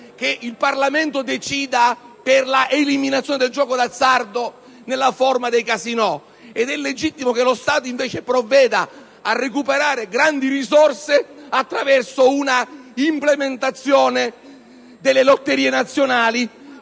che il Parlamento decida per l'eliminazione del gioco d'azzardo nella forma dei casinò ed è legittimo che lo Stato provveda invece a recuperare importanti risorse attraverso una implementazione delle lotterie nazionali,